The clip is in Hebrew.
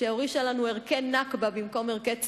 שהורישה לנו ערכי "נכבה" במקום ערכי ציונות,